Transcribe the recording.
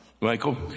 Michael